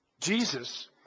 Jesus